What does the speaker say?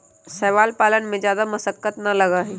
शैवाल पालन में जादा मशक्कत ना लगा हई